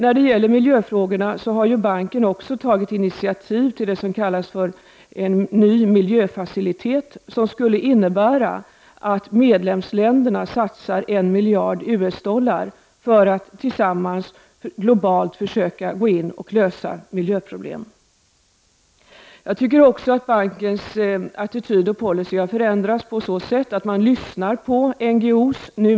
När det gäller miljöfrågorna har banken också tagit initiativ till det som kallas för en ny miljöfacilitet, som skulle innebära att medlemsländerna satsar en miljard US dollar för att tillsammans globalt försöka gå in och lösa miljöproblem. Jag tycker också att bankens attityd och policy har förändrats på så sätt att man numera lyssnar på NGO.